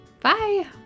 Bye